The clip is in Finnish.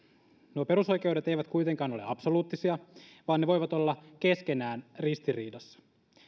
nuo perusoikeudet eivät kuitenkaan ole absoluuttisia vaan ne voivat olla keskenään ristiriidassa